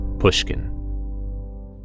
pushkin